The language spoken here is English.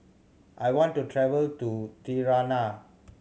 I want to travel to Tirana